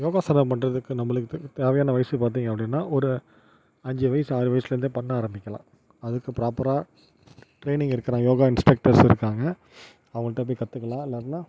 யோகாசனம் பண்ணுறதுக்கு நம்பளுக்கு து தேவையான வயசு பார்த்திங்க அப்படின்னா ஒரு அஞ்சு வயசு ஆறு வயசுல இருந்தே பண்ண ஆரம்பிக்கலாம் அதுக்கு ப்ராப்பராக ட்ரெயினிங் இருக்கிற யோகா இன்ஸ்ட்ரக்டர்ஸ் இருக்காங்க அவங்கள்ட்ட போய் கற்றுக்கலாம் இல்லைனா